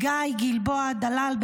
גיא גלבוע דלאל,